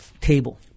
table